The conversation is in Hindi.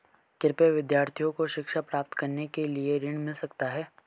क्या विद्यार्थी को शिक्षा प्राप्त करने के लिए ऋण मिल सकता है?